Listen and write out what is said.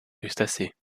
crustacés